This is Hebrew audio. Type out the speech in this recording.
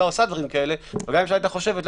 עושה דברים כאלה גם אם הממשלה הייתה חושבת,